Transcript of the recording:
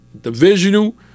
divisional